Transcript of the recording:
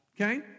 okay